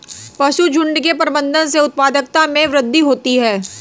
पशुझुण्ड के प्रबंधन से उत्पादकता में वृद्धि होती है